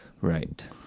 Right